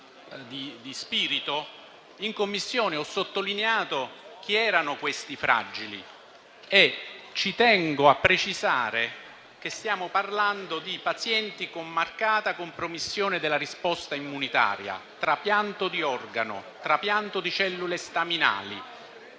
In Commissione ho sottolineato chi erano i fragili e ci tengo a precisare che stiamo parlando di pazienti con marcata compromissione della risposta immunitaria: trapianto di organo, trapianto di cellule staminali,